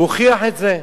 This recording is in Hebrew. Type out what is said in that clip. והוא הוכיח את זה.